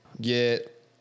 get